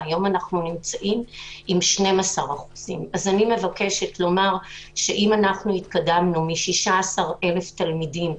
והיום אנחנו עם 12%. אם אנחנו התקדמנו מ-16,000 תלמידים,